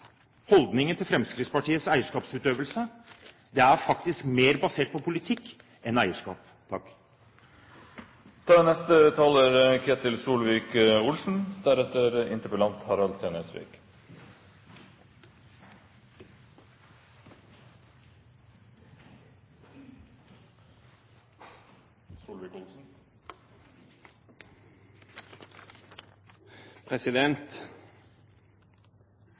til eierskapsutøvelse. Det er mer basert på politikk enn på eierskap. Statkraft er